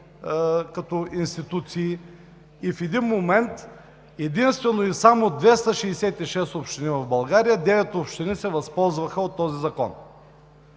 лв. на година. В един момент единствено и само от 266 общини в България 9 общини се възползваха от този закон.